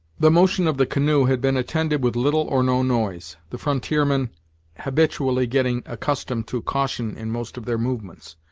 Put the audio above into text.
the motion of the canoe had been attended with little or no noise, the frontiermen habitually getting accustomed to caution in most of their movements,